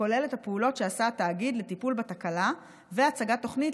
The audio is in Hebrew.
הכולל את הפעולות שעשה התאגיד לטיפול בתקלה והצגת תוכנית